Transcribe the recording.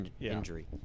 injury